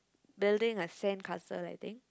building a sandcastle I think